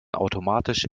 automatisch